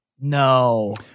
No